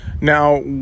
Now